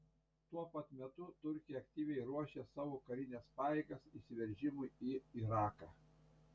tuo pat metu turkija aktyviai ruošia savo karines pajėgas įsiveržimui į iraką